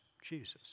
Jesus